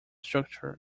structure